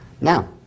Now